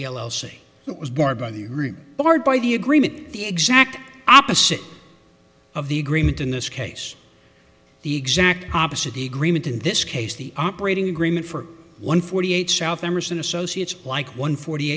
the bard by the agreement the exact opposite of the agreement in this case the exact opposite the agreement in this case the operating agreement for one forty eight south emerson associates like one forty